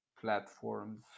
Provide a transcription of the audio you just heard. platforms